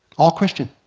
all christian.